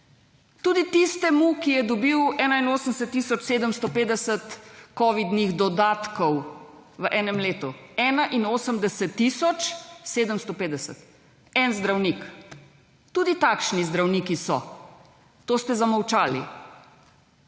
Tudi tistemu, ki je dobil 81 tisoč 750 covidnih dodatkov v enem letu, 81 tisoč 750 eden zdravnik tudi takšni zdravniki so, to ste zamolčali.